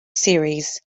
series